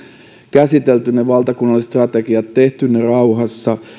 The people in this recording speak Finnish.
käsitelty ne valtakunnalliset strategiat tehty ne rauhassa